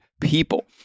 people